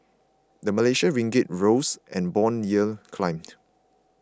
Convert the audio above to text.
the Malaysian Ringgit rose and bond yield climbed